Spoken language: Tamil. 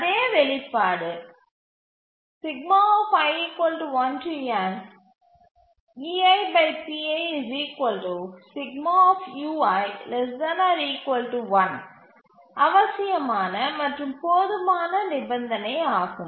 அதே வெளிப்பாடு என்பது EDF ஸ்கேட்யூலர்களுக்கு அவசியமான மற்றும் போதுமான நிபந்தனையாகும்